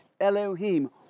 Elohim